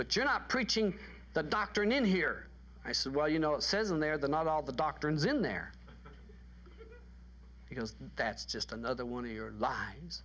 but you're not preaching the doctrine in here i said well you know it says in there that not all the doctrines in there because that's just another one of your